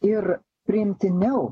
ir priimtiniau